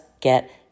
get